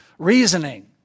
reasoning